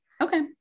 okay